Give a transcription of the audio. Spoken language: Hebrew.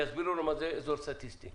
יסבירו לנו מה זה אזור סטטיסטי,